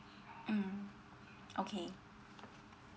mm okay